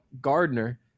Gardner